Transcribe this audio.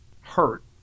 hurt